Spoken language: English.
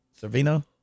Servino